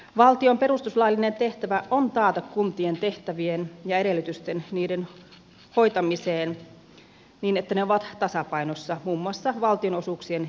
valtion perustuslaillinen tehtävä on taata edellytykset kuntien tehtävien hoitamiseen niin että ne ovat tasapainossa muun muassa valtionosuuksien jakamisen kautta